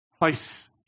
place